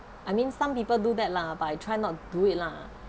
I mean some people do that lah but I try not do it lah